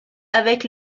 avec